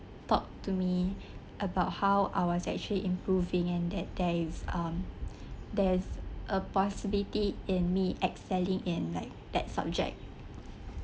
talk to me about how I was actually improving and that there is um there's a possibility in me excelling in like that subject